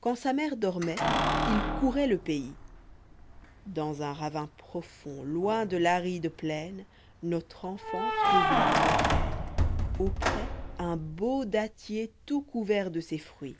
quand sa mère dorrûoit il courait le pays dans un ravin profond loin de l'aride plaine notre enfant trouve une fontaine auprès un beau dattier tout couvert de ses fruits